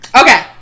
okay